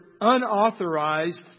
unauthorized